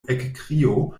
ekkrio